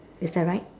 is that right